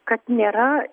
kad nėra